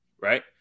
right